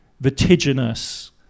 vertiginous